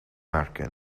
merkel